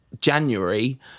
January